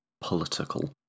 political